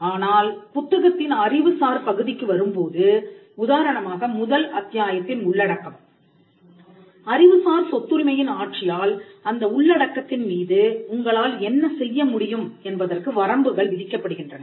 ஆனால் புத்தகத்தின் அறிவுசார் பகுதிக்கு வரும்போது உதாரணமாக முதல் அத்தியாயத்தின் உள்ளடக்கம் அறிவுசார் சொத்துரிமையின் ஆட்சியால் அந்த உள்ளடக்கத்தின் மீது உங்களால் என்ன செய்ய முடியும் என்பதற்கு வரம்புகள் விதிக்கப்படுகின்றன